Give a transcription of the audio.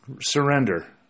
surrender